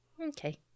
Okay